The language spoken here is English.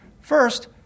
First